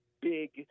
big